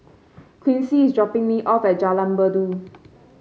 Quincy is dropping me off at Jalan Merdu